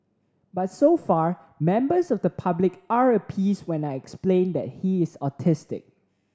but so far members of the public are appeased when I explain that he's autistic